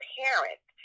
parents